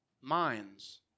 minds